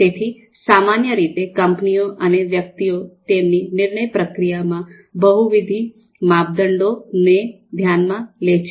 તેથી સામાન્ય રીતે કંપનીઓ અને વ્યક્તિઓ તેમની નિર્ણય પ્રક્રિયામાં બહુવિધ માપદંડો ને ધ્યાનમાં લે છે